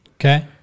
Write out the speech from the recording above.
okay